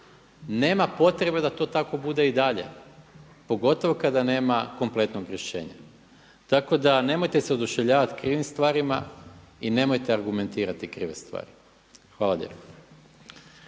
Nema potrebe da to tako bude i dalje, pogotovo kada nema kompletnog rješenja. Tako da nemojte se oduševljavati krivim stvarima i nemojte argumentirati krive stvari. Hvala lijepa.